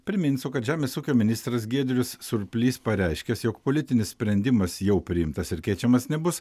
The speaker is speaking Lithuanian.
priminsiu kad žemės ūkio ministras giedrius surplys pareiškęs jog politinis sprendimas jau priimtas ir keičiamas nebus